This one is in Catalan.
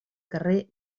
carrer